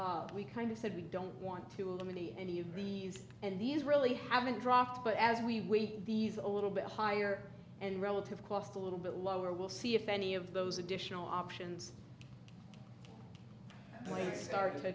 we kind of said we don't want to eliminate any reuse and these really haven't dropped but as we wait these a little bit higher and relative cost a little bit lower we'll see if any of those additional options